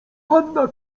panna